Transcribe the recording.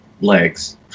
legs